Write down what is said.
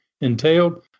entailed